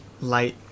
light